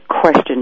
question